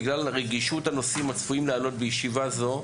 בגלל רגישות הנושאים הצפויים לעלות בישיבה זו,